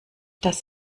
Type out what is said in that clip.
das